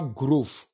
growth